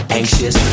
anxious